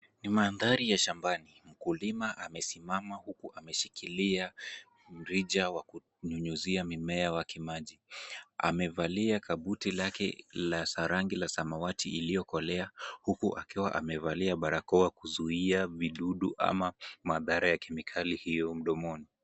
Ni mandhari ya shambani, mkulima amesimama huku ameshikilia mrija wa kunyunyiza mimea wake maji. Amevalia kabuti lake la rangi ya samawati iliyokolea huku akiwa amevalia barakoa kuzuia vidudu ama madhara ya kemikali hiyo mdomoni.